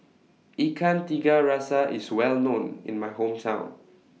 Ikan Tiga Rasa IS Well known in My Hometown